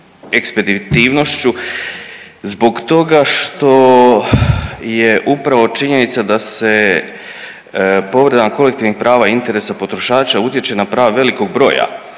ekspeditivnošću zbog toga što je upravo činjenica da se povredama kolektivnih prava interesa potrošača utječe na prava velikog broja